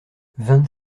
vingt